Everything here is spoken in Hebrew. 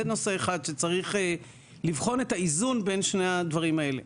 זה נושא אחד שצריך לבחון את האיזון בין שני הדברים האלה.